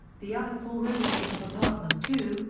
the other four residents of apartment two,